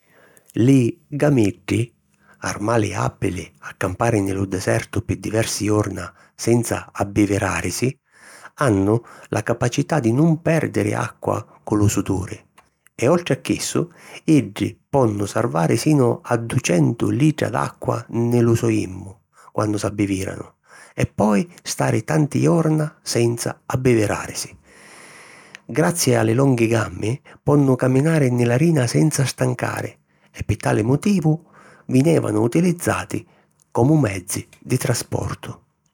Li gamiddi, armali àbili a campari nni lu desertu pi diversi jorna senza abbiviràrisi, hannu la capacità di nun pèrdiri acqua cu lu suduri e oltri a chissu, iddi ponnu sarvari sinu a ducentu litra d'acqua nni lu so jimmu quannu s'abbivìranu e poi stari tanti jorna senza abbiviràrisi. Grazi a li longhi gammi, ponnu caminari nni la rina senza stancari e pi tali motivu vinèvanu utilizzati comu mezzi di trasportu.